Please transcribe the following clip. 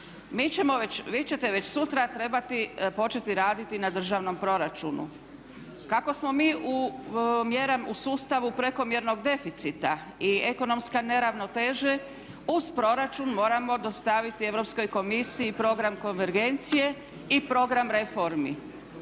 Vi ćete već sutra trebati početi raditi na državnom proračunu. Kako smo mi u sustavu prekomjernog deficita i ekonomska neravnoteža uz proračun moramo dostaviti Europskoj komisiji program konvergencije i program reformi.